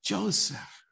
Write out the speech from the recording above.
Joseph